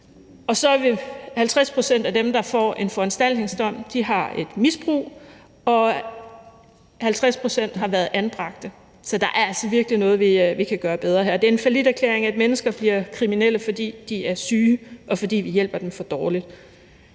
gøre noget. 50 pct. af dem, der får en foranstaltningsdom, har et misbrug, og 50 pct. har været anbragt, så der er altså virkelig noget, vi kan gøre bedre her. Det er en falliterklæring, at mennesker bliver kriminelle, fordi de er syge, og fordi vi hjælper dem for dårligt.